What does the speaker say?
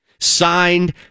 signed